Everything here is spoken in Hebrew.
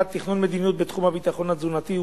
1. תכנון מדיניות בתחום הביטחון התזונתי,